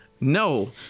No